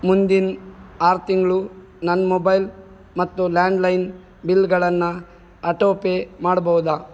ಮುಂದಿನ ಆರು ತಿಂಗಳು ನನ್ನ ಮೊಬೈಲ್ ಮತ್ತು ಲ್ಯಾಂಡ್ ಲೈನ್ ಬಿಲ್ಗಳನ್ನು ಆಟೋ ಪೇ ಮಾಡ್ಬೋದಾ